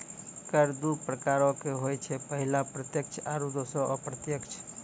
कर दु प्रकारो के होय छै, पहिला प्रत्यक्ष आरु दोसरो अप्रत्यक्ष